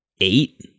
eight